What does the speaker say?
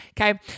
Okay